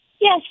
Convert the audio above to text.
Yes